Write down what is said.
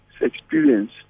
experience